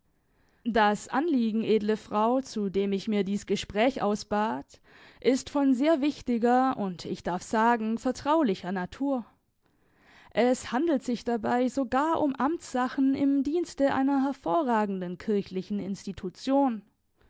das anliegen edle frau zu dem ich mir dies gespräch ausbat ist von sehr wichtiger und ich darf sagen vertraulicher natur es handelt sich dabei sogar um amtssachen im dienste einer hervorragenden kirchlichen institution